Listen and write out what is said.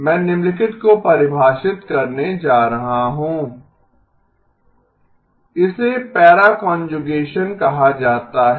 मैं निम्नलिखित को परिभाषित करने जा रहा हूं H a¿b¿ z इसे पैरा कांजुगेसन कहा जाता है